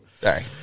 Sorry